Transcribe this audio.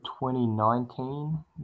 2019